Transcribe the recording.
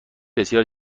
بسیار